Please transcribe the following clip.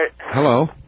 Hello